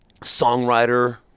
songwriter